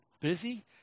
busy